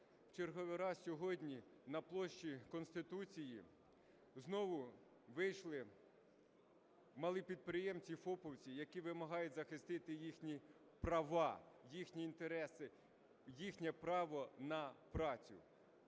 В черговий раз сьогодні на площу Конституції знову вийшли малі підприємці, фопівці, які вимагають захистити їхні права, їхні інтереси, їхнє право на працю.